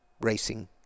racing